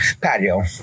patio